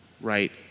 Right